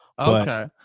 Okay